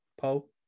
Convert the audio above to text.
Paul